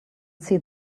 see